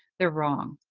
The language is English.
they're wrong.